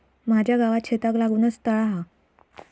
माझ्या गावात शेताक लागूनच तळा हा